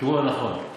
בכיוון הנכון.